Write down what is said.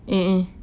eh eh